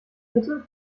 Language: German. bitte